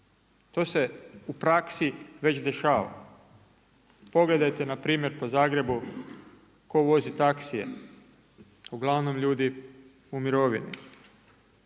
To se u praksi već dešava. Pogledajte npr. po Zagrebu tko vozi taksije, uglavnom ljudi u mirovini.